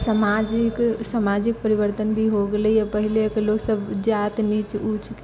सामाजिक सामाजिक परिवर्तन भी हो गेलै पहिलेके लोक सभ जात नीच ऊच